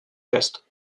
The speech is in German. west